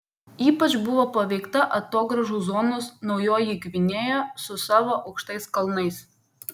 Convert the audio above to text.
ypač buvo paveikta atogrąžų zonos naujoji gvinėja su savo aukštais kalnais